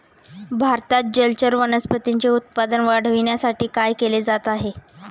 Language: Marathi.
भारतात जलचर वनस्पतींचे उत्पादन वाढविण्यासाठी काय केले जात आहे?